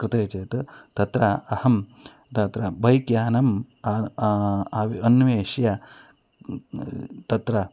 कृते चेत् तत्र अहं तत्र बैक् यानम् अन्विष्य अन्विष्य तत्र